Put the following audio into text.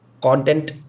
content